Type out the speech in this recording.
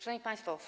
Szanowni Państwo!